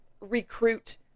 recruit